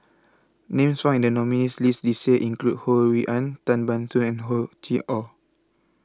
Names found in The nominees' list This Year include Ho Rui An Tan Ban Soon and Hor Chim Or